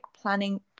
planning